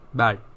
bad